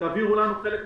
תעבירו לנו חלק מהסמכויות.